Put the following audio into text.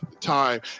time